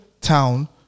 Town